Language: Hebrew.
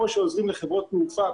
כמו שעוזרים לחברות תעופה,